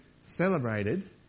celebrated